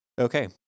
Okay